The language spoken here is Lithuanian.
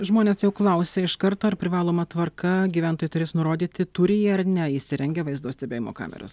žmonės jau klausia iš karto ar privaloma tvarka gyventojai turės nurodyti turi jį ar ne įsirengia vaizdo stebėjimo kameras